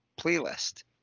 playlist